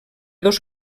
dos